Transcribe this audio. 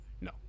no